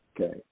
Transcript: Okay